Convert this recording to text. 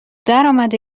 درآمده